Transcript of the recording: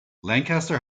lancaster